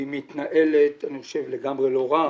ואני חושב שהיא מתנהלת לגמרי לא רע.